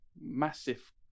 massive